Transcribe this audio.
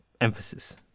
emphasis